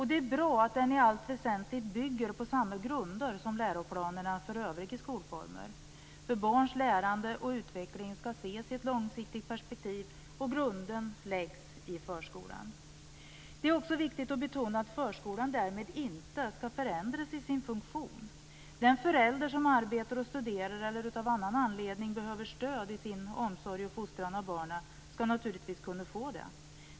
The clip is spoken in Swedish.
Det är bra att läroplanen i allt väsentligt bygger på samma grunder som läroplanerna för övriga skolformer. Barns lärande och utveckling skall ses i ett långsiktigt perspektiv, och grunden läggs i förskolan. Det är också viktigt att betona att förskolan därmed inte skall förändras i sin funktion. Den förälder som arbetar eller studerar eller av annan anledning behöver stöd i sin omsorg och fostran av barnen skall naturligtvis kunna få det.